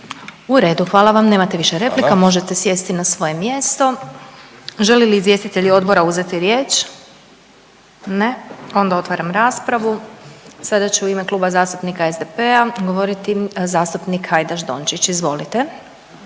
… …/Upadica Ivo Milatić: Hvala./… … možete sjesti na svoje mjesto. Žele li izvjestitelji odbora uzeti riječ? Ne, onda otvaram raspravu, sada će u ime Kluba zastupnika SDP-a govoriti zastupnik Hajdaš Dončić. Izvolite.